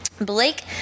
Blake